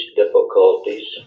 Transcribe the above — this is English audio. difficulties